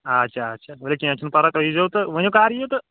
اچھا اچھا ؤلِو کینٛہہ چھُنہٕ پَرواے تُہۍ یی زیو تہٕ ؤنِو کَر یِیِو تہٕ